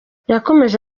yakomeje